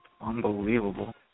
Unbelievable